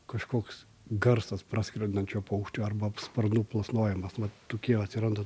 kažkoks garsas praskrendančio paukščio arba sparnų plasnojamas vat tokie atsiranda